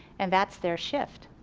and that's their shift.